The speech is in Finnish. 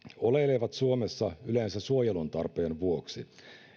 oleilevat suomessa yleensä suojelun tarpeen vuoksi